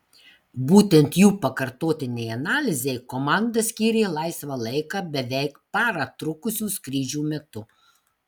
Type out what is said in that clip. būtent jų pakartotinei analizei komanda skyrė laisvą laiką beveik parą trukusių skrydžių metu